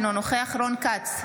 אינו נוכח רון כץ,